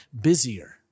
busier